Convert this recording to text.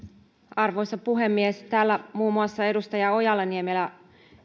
arvoisa puhemies täällä muun muassa edustaja ojala niemelä